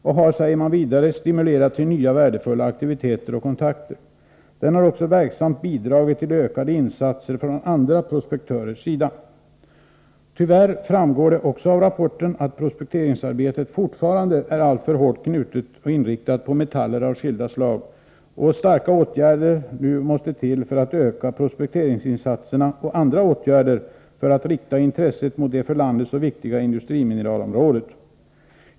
Det har, säger man vidare, stimulerat till nya värdefulla aktiviteter och kontakter. Det har också verksamt bidragit till ökade insatser från andra prospektörers sida. Tyvärr framgår det också av rapporten att prospekteringsarbetet fortfarande är alltför hårt inriktat på metaller av skilda slag och att starka åtgärder nu måste till för att öka prospekteringsinsatserna och andra åtgärder för att rikta intresset mot det för landet så viktiga industrimineralområdet.